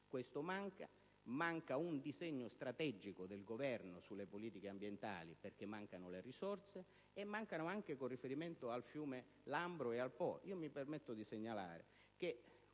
Questo manca; manca un disegno strategico del Governo sulle politiche ambientali perché mancano le risorse e mancano anche con riferimento al fiume Lambro e al Po. Mi permetto di segnalare che